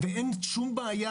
אין שום בעיה.